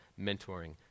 mentoring